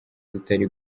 zitari